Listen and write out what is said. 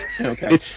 Okay